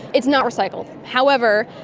it's not recycled. however,